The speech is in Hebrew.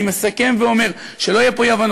אני מסכם ואומר: שלא יהיו פה אי-הבנות.